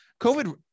COVID